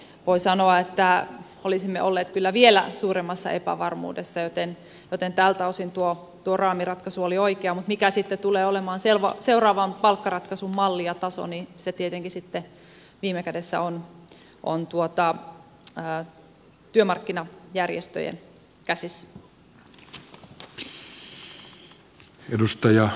voi sanoa että ilman sitä olisimme olleet kyllä vielä suuremmassa epävarmuudessa joten tältä osin tuo raamiratkaisu oli oikea mutta mikä sitten tulee olemaan seuraavan palkkaratkaisun malli ja taso niin se tietenkin sitten viime kädessä on työmarkkinajärjestöjen käsissä